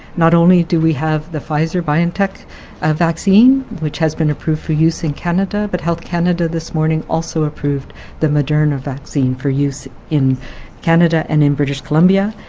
not only do we have the pfizer-biontech ah vaccine, which has been approved for use in canada, but health canada this morning also approved the moderna vaccine for use in canada and in british columbia,